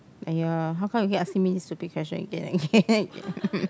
!aiya! how come you keep asking me this stupid question again again and again